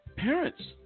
Parents